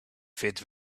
fit